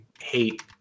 hate